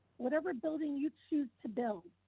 whatever building you choose to build,